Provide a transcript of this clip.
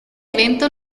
evento